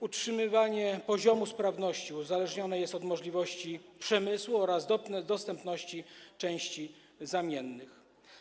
Utrzymywanie poziomu sprawności uzależnione jest od możliwości przemysłu oraz dostępności części zamiennych.